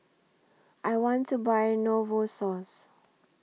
I want to Buy Novosource